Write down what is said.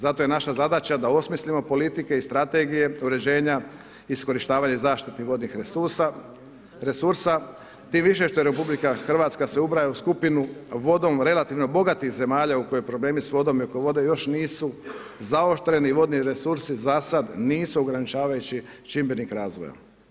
Zato je naša zadaća da osmislimo politike i strategije uređenja, iskorištavanja i zaštite vodnih resursa, tim više što RH se ubraja u skupinu vodom relativno bogatih zemlja u kojoj problemi s vodom i oko vode još nisu zaoštreni, vodni resursi zasad nisu ograničavajući čimbenik razvoja.